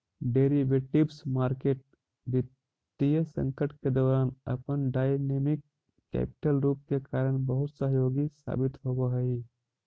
derivatives market वित्तीय संकट के दौरान अपन डायनेमिक कैपिटल रूप के कारण बहुत सहयोगी साबित होवऽ हइ